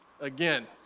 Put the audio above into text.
Again